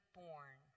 born